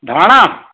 धाणा